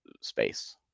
space